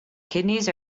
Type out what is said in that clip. kidneys